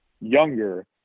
younger